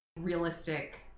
realistic